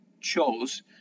chose